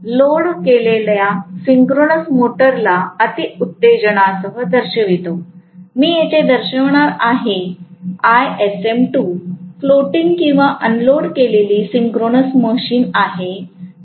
तर ISM1 load केलेल्या synchronous मोटरला अति उत्तेजनासह दर्शवितो मी येथे दर्शवणार आहे ISM2 फ्लोटिंग किंवा अनलोड केलेली सिंक्रोनस मोटर आहे